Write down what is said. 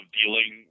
dealing